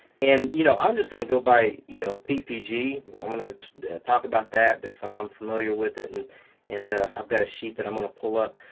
and you know i'm just gonna go by you know ppg. i'm gonna talk about that because i'm i'm familiar with it and and ah i've got a sheet that i'm gonna pull up.